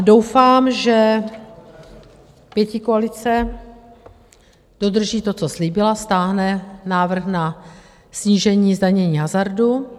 Doufám, že pětikoalice dodrží to, co slíbila, stáhne návrh na snížení zdanění hazardu.